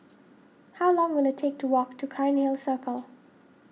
how long will it take to walk to Cairnhill Circle